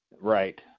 right